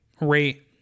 rate